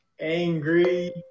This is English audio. Angry